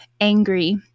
angry